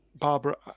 barbara